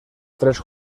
tres